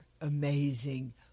amazing